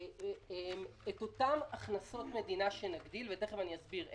את אותן הכנסות מדינה שנגדיל, ותיכף אסביר איך,